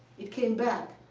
it came back.